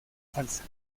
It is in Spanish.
falsa